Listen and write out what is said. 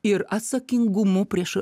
ir atsakingumu prieš